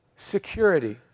security